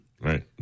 Right